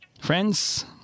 Friends